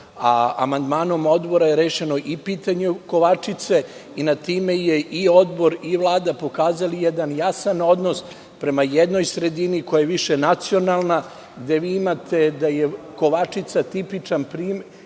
a amandmanom Odbora je rešeno i pitanje Kovačice. Time su i Odbor i Vlada pokazali jedan jasan odnos prema jednoj sredina koja je više nacionalna, gde vi imate da je Kovačica tipičan primer,